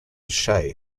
che